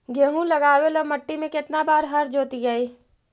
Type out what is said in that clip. गेहूं लगावेल मट्टी में केतना बार हर जोतिइयै?